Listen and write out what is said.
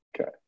Okay